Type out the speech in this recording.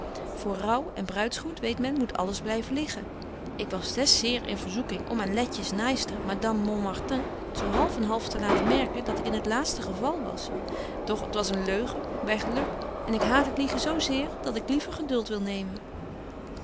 voor rouw en bruids goed weet men moet alles blyven liggen ik was des zeer in verzoeking om aan letjes naaister madame montmartin zo half en half te laten merken dat ik in het laatste geval was doch t was een leugen en ik haat het liegen zo zeer dat ik liever geduld wil nemen